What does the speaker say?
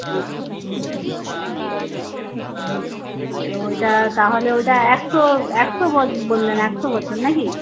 আচ্ছা আচ্ছা ওইটা তাহলে ওইটা একশো একশো বললেন একশো বছর নাকি